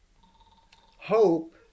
Hope